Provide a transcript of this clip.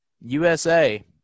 USA